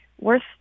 worth